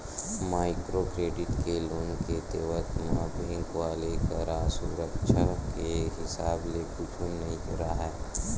micro credit के loan के देवत म बेंक वाले करा सुरक्छा के हिसाब ले कुछु नइ राहय